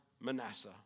Manasseh